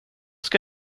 ska